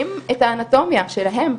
מבינים את האנטומיה שלהם,